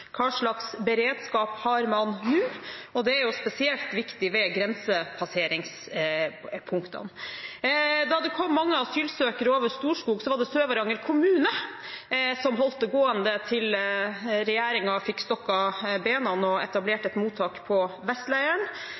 Hva slags beredskap har man nå? Det er spesielt viktig ved grensepasseringspunktene. Da det kom mange asylsøkere over Storskog, var det Sør-Varanger kommune som holdt det gående til regjeringen fikk stokket beina og fikk etablert et mottak på